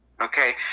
okay